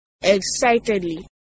Excitedly